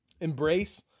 Embrace